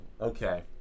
okay